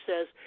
says